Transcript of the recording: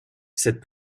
cette